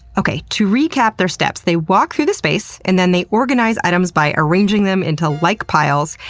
okay, to recap their steps they walk through the space, and then they organize items by arranging them into like piles.